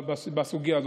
בסוגיה הזאת.